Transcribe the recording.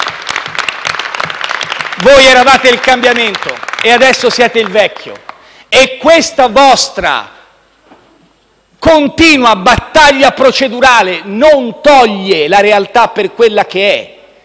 Voi eravate il cambiamento e adesso siete il vecchio e questa vostra continua battaglia procedurale non toglie la realtà per quella che è.